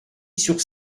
sur